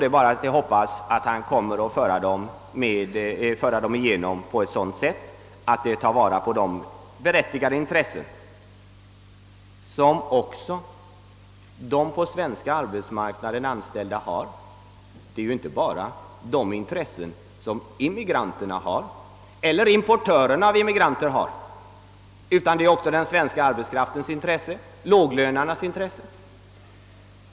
Det är bara att hoppas att han kommer att genomföra den på ett sådant sätt, att de berättigade kraven från de på den svenska arbetsmarknaden anställda tillgodoses; man kan inte bara ta hänsyn till immigranternas eller immigrantimportörernas intressen, utan man måste också ta hänsyn till den svenska arbetskraftens, särskilt låglönegruppernas intressen.